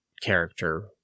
character